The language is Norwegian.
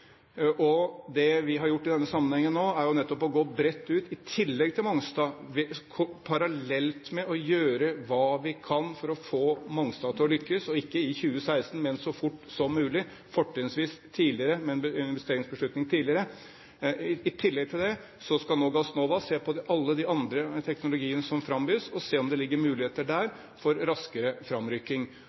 Det vi har gjort i denne sammenhengen, er jo nettopp å gå bredt ut i tillegg til Mongstad, parallelt med å gjøre hva vi kan for å få Mongstad til å lykkes – ikke i 2016, men så fort som mulig, fortrinnsvis med en investeringsbeslutning tidligere. Gassnova skal nå se på alle de andre teknologiene som frambys, og se på om det ligger muligheter der for raskere framrykking.